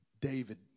David